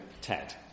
Ted